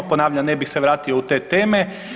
Ponavljam, ne bih se vratio u te teme.